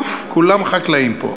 כולם פה חקלאים.